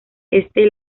este